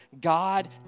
God